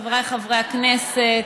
חבריי חברי הכנסת,